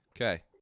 okay